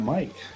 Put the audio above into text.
Mike